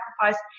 sacrifice